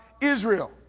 Israel